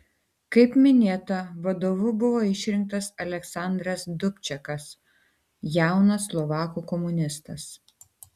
kaip minėta vadovu buvo išrinktas aleksandras dubčekas jaunas slovakų komunistas